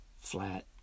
flat